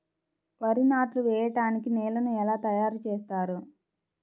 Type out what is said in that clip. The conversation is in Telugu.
వరి నాట్లు వేయటానికి నేలను ఎలా తయారు చేస్తారు?